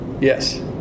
Yes